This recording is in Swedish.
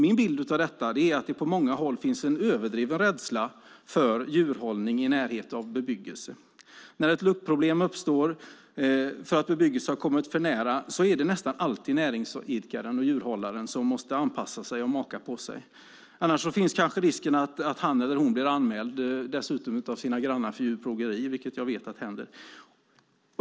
Min bild av detta är att det på många håll finns en överdriven rädsla för djurhållning i närhet av bebyggelse. När ett luktproblem uppstår för att bebyggelse kommit för nära är det nästan alltid näringsidkaren och djurhållaren som måste anpassa sig och maka på sig, annars finns kanske risken att han eller hon blir anmäld för djurplågeri av sina grannar, vilket jag vet händer.